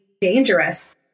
dangerous